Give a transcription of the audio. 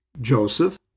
Joseph